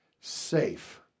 safe